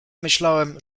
myślałem